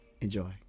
Enjoy